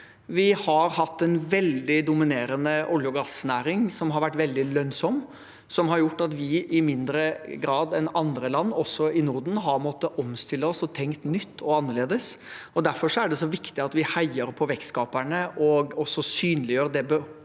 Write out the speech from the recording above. Vi har hatt en veldig dominerende olje- og gassnæring som har vært veldig lønnsom, og som har gjort at vi i mindre grad enn andre land, også i Norden, har måttet omstille oss og tenke nytt og annerledes. Derfor er det så viktig at vi heier på vekstskaperne og også synliggjør den be